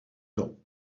dans